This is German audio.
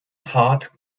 heart